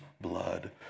blood